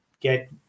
get